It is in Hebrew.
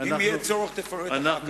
אם יהיה צורך, תפרט אחר כך.